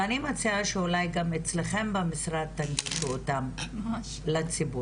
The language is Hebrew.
ואני מציעה שאולי גם אצלכם במשרד תנגישו אותם לציבור.